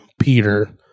peter